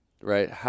Right